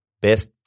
Best